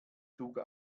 zug